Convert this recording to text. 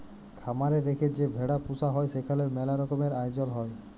খামার এ রেখে যে ভেড়া পুসা হ্যয় সেখালে ম্যালা রকমের আয়জল হ্য়য়